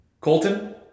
Colton